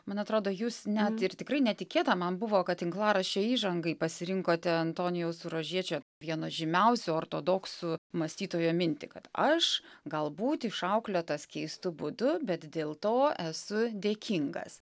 man atrodo jūs net ir tikrai netikėta man buvo kad tinklaraščio įžangai pasirinkote antonijaus surožiečio vieno žymiausių ortodoksų mąstytojo mintį kad aš galbūt išauklėtas keistu būdu bet dėl to esu dėkingas